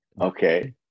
okay